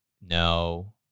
no